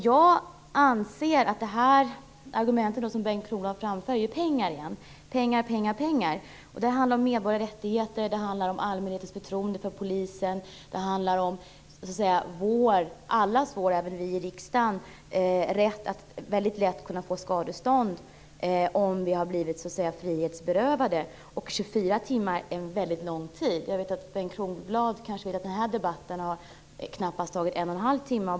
Jag anser att det när det gäller de argument som Bengt Kronblad framför återigen handlar om pengar - pengar, pengar, pengar! Men det handlar om medborgarrättigheter, om allmänhetens förtroende för polisen och om allas vår, det gäller även rätten för oss i riksdagen, rätt att lätt kunna få skadestånd vid ett frihetsberövande. 24 timmar är en väldigt lång tid. Bengt Kronblad vet kanske att den här debatten hittills har varat i knappt en och en halv timme.